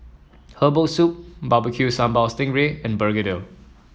Herbal Soup Barbecue Sambal Sting Ray and begedil